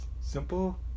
simple